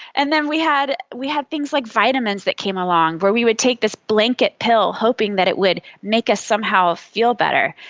and then we had we had things like vitamins came along where we would take this blanket pill hoping that it would make us somehow feel better.